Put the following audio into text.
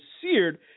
seared